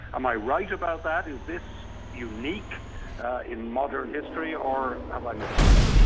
am i right about that, is this unique in modern history, or have i missed something?